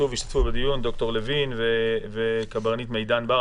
והשתתף בדיון: ד"ר לוין וקברניט מידן בר.